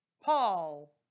Paul